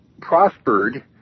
prospered